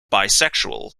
bisexual